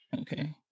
Okay